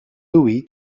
louie